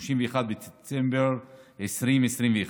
31 בדצמבר 2021,